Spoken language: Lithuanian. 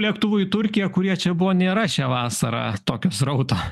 lėktuvų į turkija kurie čia buvo nėra šią vasarą tokio srauto